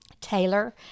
Taylor